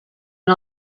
and